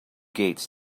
gates